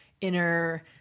inner